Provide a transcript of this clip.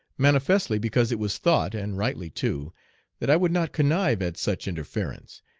manifestly because it was thought and rightly too that i would not connive at such interference,